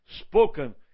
spoken